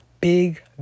big